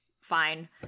fine